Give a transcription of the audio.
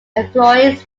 employees